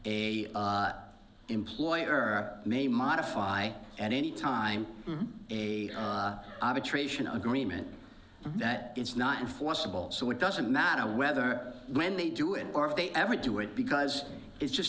have a employer may modify at any time a ration agreement that it's not enforceable so it doesn't matter whether when they do it or if they ever do it because it's just